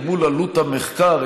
אל מול עלות המחקר,